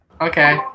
Okay